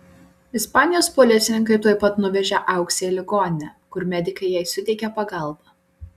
ispanijos policininkai tuoj pat nuvežė auksę į ligoninę kur medikai jai suteikė pagalbą